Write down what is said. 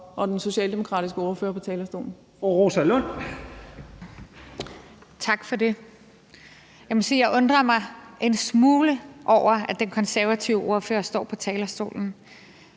og den socialdemokratiske ordfører på talerstolen.